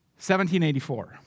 1784